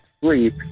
sleep